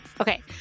Okay